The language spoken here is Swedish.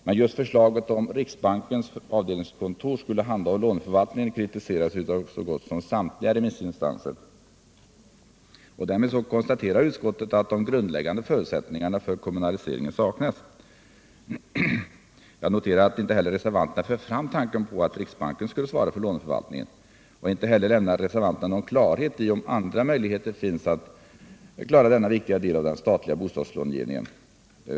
Men just förslaget om att riksbankens avdelningskontor skulle handha låneförvaltningen har kritiserats av så gott som samtliga remissinstanser. Därmed konstaterar utskottet att de grundläggande förutsättningarna för kommunalisering saknas. Jag noterar att inte heller reservanterna för fram tanken på att riksbanken skulle svara för låneförvaltningen. Inte heller lämnar reservanterna någon klarhet i orn andra möjligheter finns att klara denna viktiga del av den statliga bostadslångivningen.